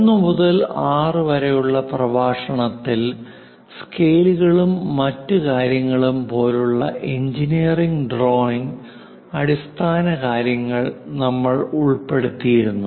1 മുതൽ 6 വരെയുള്ള പ്രഭാഷണത്തിൽ സ്കെയിലുകളും മറ്റ് കാര്യങ്ങളും പോലുള്ള എഞ്ചിനീയറിംഗ് ഡ്രോയിംഗ് അടിസ്ഥാനകാര്യങ്ങൾ നമ്മൾ ഉൾപ്പെടുത്തിയിരുന്നു